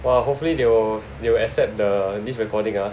!wah! hopefully they will they will accept the this recording ah